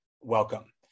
welcome